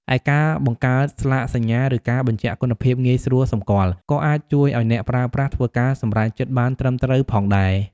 ឯការបង្កើតស្លាកសញ្ញា ឬការបញ្ជាក់គុណភាពងាយស្រួលសម្គាល់ ក៏អាចជួយឱ្យអ្នកប្រើប្រាស់ធ្វើការសម្រេចចិត្តបានត្រឹមត្រូវផងដែរ។